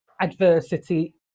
adversity